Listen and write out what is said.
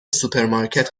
سوپرمارکت